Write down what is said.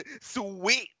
sweet